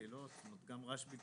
לא חשבנו על רעש בכלל.